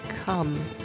come